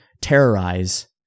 terrorize